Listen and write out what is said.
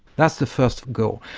that's the first to go.